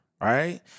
right